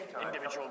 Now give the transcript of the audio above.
individual